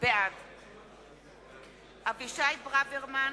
בעד אבישי ברוורמן,